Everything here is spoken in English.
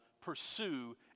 pursue